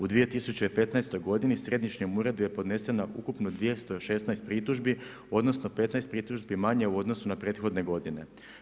U 2015. godini u središnjem uredu je podneseno ukupno 216 pritužbi odnosno 15 pritužbi manje u odnosu na prethodne godine.